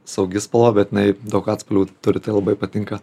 saugi spalva bet jinai daug atspalvių turi tai labai patinka